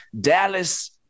Dallas